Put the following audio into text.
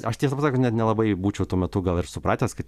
aš tiesą pasakius net nelabai būčiau tuo metu gal ir supratęs kad